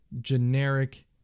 generic